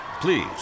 Please